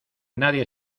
nadie